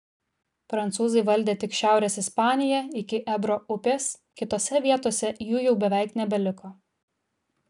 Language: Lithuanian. prancūzai valdė tik šiaurės ispaniją iki ebro upės kitose vietose jų jau beveik nebeliko